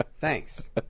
Thanks